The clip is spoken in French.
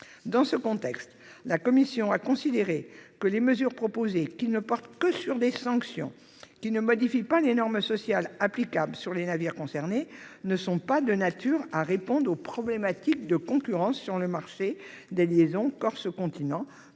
Dans ce contexte, la commission a considéré que les mesures proposées, qui ne portent que sur les sanctions et ne modifient pas les normes sociales applicables sur les navires concernés, ne sont pas de nature à répondre aux problématiques de concurrence sur le marché des liaisons entre